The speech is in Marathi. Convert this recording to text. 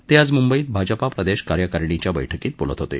ते आज मुंबईत भाजपा प्रदेश कार्यकारिणीच्या बैठकीत बोलत होते